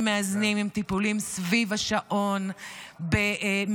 מאזנים עם טיפולים סביב השעון במיידיות,